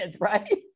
right